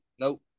Nope